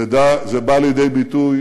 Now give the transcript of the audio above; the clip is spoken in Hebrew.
זה בא לידי ביטוי